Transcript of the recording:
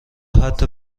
حتی